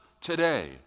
today